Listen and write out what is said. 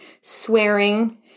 swearing